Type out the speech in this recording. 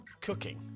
cooking